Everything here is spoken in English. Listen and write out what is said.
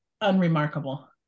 unremarkable